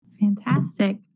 Fantastic